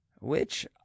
Which